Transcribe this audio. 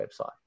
website